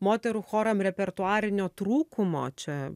moterų choram repertuarinio trūkumo čia